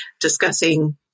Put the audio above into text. discussing